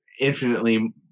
infinitely